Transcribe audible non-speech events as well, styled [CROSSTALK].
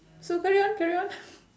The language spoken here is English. so carry on carry on [BREATH]